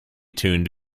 tuned